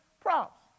props